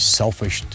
selfish